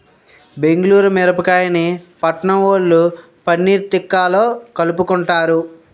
బెంగుళూరు మిరపకాయని పట్నంవొళ్ళు పన్నీర్ తిక్కాలో కలుపుకుంటారు